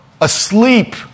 asleep